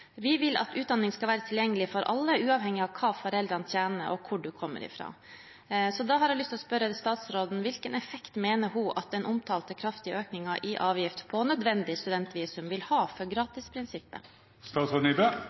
Vi vil at utdanning skal være tilgjengelig for alle, uavhengig av hva foreldrene tjener, og hvor en kommer fra. Så da har jeg lyst til å spørre statsråden: Hvilken effekt mener hun at den omtalte kraftige økningen i avgift på nødvendig studentvisum vil ha for